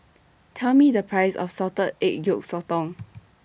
Tell Me The Price of Salted Egg Yolk Sotong